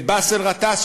את באסל גטאס,